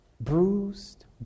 Bruised